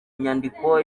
nyandiko